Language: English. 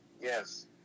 Yes